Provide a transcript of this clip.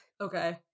Okay